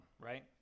right